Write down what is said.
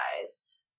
guys